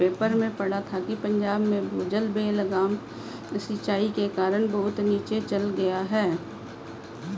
paper में पढ़ा था कि पंजाब में भूजल बेलगाम सिंचाई के कारण बहुत नीचे चल गया है